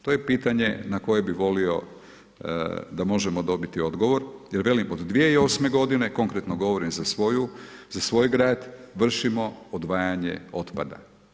To je pitanje na koje bi volio da možemo dobiti odgovor jer velim, od 2008. g., konkretno govorim za svoj grad, vršimo odvajanje otpada.